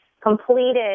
completed